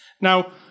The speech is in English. Now